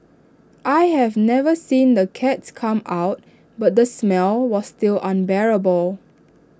I have never seen the cats come out but the smell was still unbearable